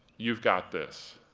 you've got this.